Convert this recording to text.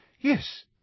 yes